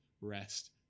rest